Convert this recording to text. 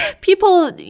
People